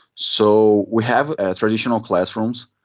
so we have ah traditional classrooms,